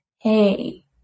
hey